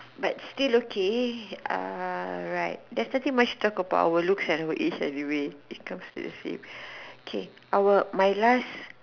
but still okay uh right thats nothing much to talk about looks at our age anyways okay my last